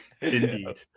Indeed